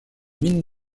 mines